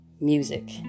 music